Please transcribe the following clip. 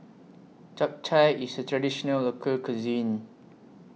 Japchae IS A Traditional Local Cuisine